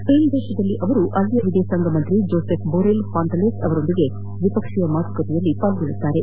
ಸ್ವೇನ್ನಲ್ಲಿ ಅವರು ಅಲ್ಲಿಯ ವಿದೇಶಾಂಗ ಸಚಿವ ಜೋಸೆಫ್ ಬೊರೆಲ್ ಫಾಂಟಲೆಸ್ ಅವರೊಂದಿಗೆ ದ್ವಿಪಕ್ಷೀಯ ಮಾತುಕತೆ ನಡೆಸಲಿದ್ದಾರೆ